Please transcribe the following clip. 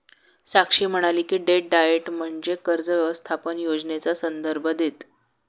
साक्षी म्हणाली की, debt diet म्हणजे कर्ज व्यवस्थापन योजनेचा संदर्भ देतं